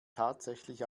tatsächlich